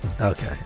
Okay